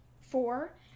four